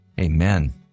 Amen